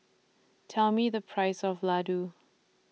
Tell Me The Price of Laddu